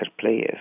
players